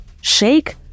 shake